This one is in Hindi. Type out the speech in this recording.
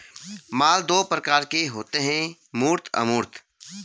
माल दो प्रकार के होते है मूर्त अमूर्त